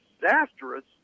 disastrous